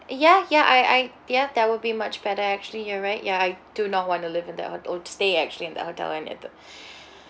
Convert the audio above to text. uh ya ya I I ya that will be much better actually you're right ya I do not want to live in that ho~ or stay actually in that hotel and it the